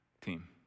team